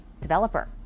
developer